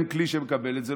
אם אין כלי שמקבל את זה,